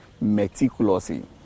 meticulously